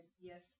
yes